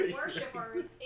worshippers